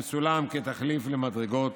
עם סולם כתחליף למדרגות.